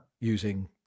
Using